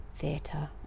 theatre